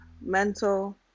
mental